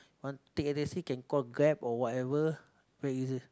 want take a taxi can call Grab or whatever very easy